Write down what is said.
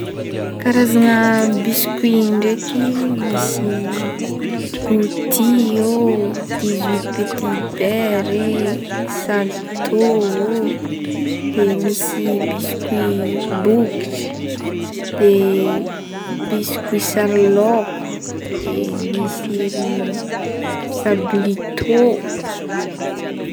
Karazagna biscuit ndraiky misy gouty o, dix huite petibeure e, salto o, de misy biscuit bokotra, de biscuit sary loko, de misy ry sablito.